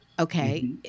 Okay